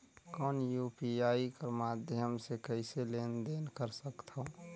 कौन यू.पी.आई कर माध्यम से कइसे लेन देन कर सकथव?